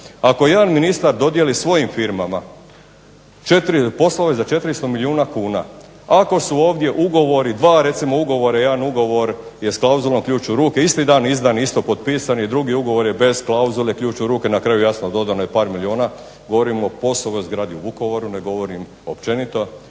Ako jedan ministar dodijeli svojim firmama poslove za 400 milijuna kuna, ako su ovdje ugovori, dva recimo ugovora, jedan ugovor je s klauzulom ključ u ruke, isti dan izdan, isto potpisan i drugi ugovor je bez klauzule ključ u ruke, na kraju jasno dodano je par milijuna, govorim o POS-ovoj zgradi u Vukovaru, ne govorim općenito.